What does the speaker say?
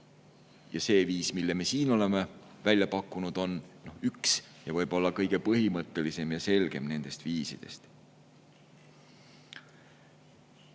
Ja see viis, mille me oleme siin välja pakkunud, on üks ja võib-olla kõige põhimõttelisem ja selgem nendest viisidest. On